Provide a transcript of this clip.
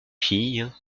fille